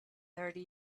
thirty